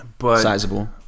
sizable